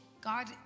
God